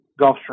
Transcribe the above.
Gulfstream